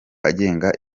agenga